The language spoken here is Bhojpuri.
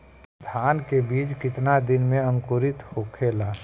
धान के बिज कितना दिन में अंकुरित होखेला?